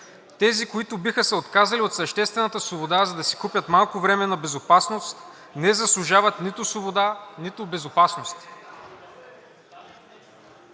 „Тези, които биха се отказали от съществената свобода, за да си купят малко време на безопасност, не заслужават нито свобода, нито безопасност.“